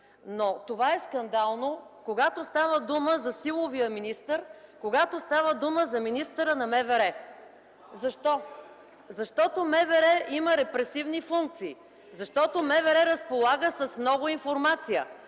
Но това е скандално, когато става дума за силовия министър, когато става дума за министъра на МВР. (Реплики от ГЕРБ.) Защо? Защото МВР има репресивни функции. Защото МВР разполага с много информация.